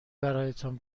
برایتان